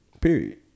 Period